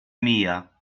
mija